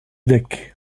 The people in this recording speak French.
deck